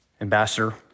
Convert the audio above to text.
ambassador